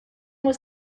was